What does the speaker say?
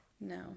No